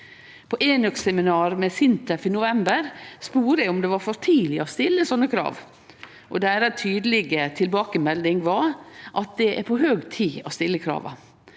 På enøkseminar med SINTEF i november spurde eg om det var for tidleg å stille slike krav, og deira tydelege tilbakemelding var at det er på høg tid å stille krava.